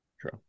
True